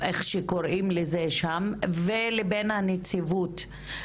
לבין הנציבות.